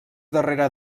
darrere